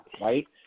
right